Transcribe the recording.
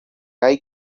hay